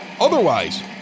Otherwise